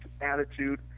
attitude